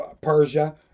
Persia